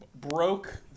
broke